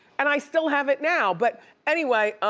and i still have it now, but anyway.